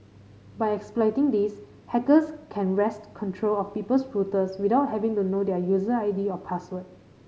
by exploiting this hackers can wrest control of people's routers without having to know their user I D or password